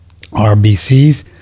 RBCs